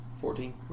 Fourteen